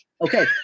Okay